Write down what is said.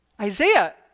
Isaiah